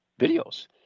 videos